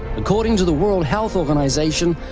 according to the world health organization,